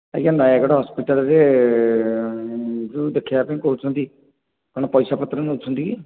ଆଜ୍ଞା ନୟାଗଡ଼ ହସ୍ପିଟାଲରେ ଯେଉଁ ଦେଖାଇଆ ପାଇଁ କହୁଛନ୍ତି କ'ଣ ପଇସା ପତ୍ର ନେଉଛନ୍ତି କି